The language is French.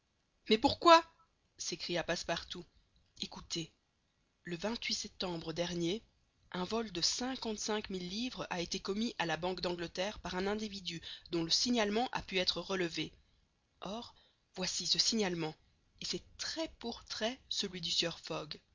mais pourquoi s'écria passepartout ecoutez le septembre dernier un vol de cinquante-cinq mille livres a été commis à la banque d'angleterre par un individu dont le signalement a pu être relevé or voici ce signalement et c'est trait pour trait celui du sieur